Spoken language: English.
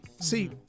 See